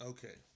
Okay